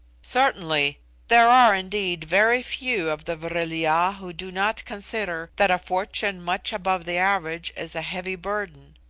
certainly there are indeed very few of the vril-ya who do not consider that a fortune much above the average is a heavy burden.